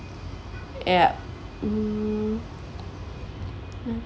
ya mm uh